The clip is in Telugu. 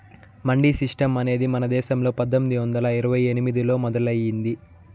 మండీ సిస్టం అనేది మన దేశంలో పందొమ్మిది వందల ఇరవై ఎనిమిదిలో మొదలయ్యింది